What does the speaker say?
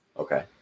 Okay